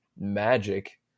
magic